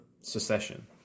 secession